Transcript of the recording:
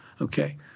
okay